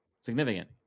significant